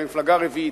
ולמפלגה רביעית,